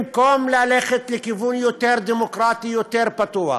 במקום ללכת לכיוון יותר דמוקרטי, יותר פתוח,